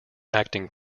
acting